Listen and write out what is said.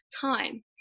time